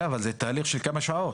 אבל זה תהליך של כמה שעות.